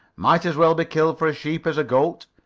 might as well be killed for a sheep as a goat,